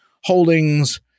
holdings